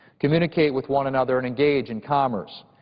communicate with one another and engage in commerce.